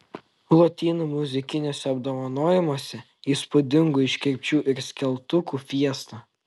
lotynų muzikiniuose apdovanojimuose įspūdingų iškirpčių ir skeltukų fiesta